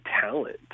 talent